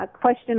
question